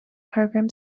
program